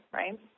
right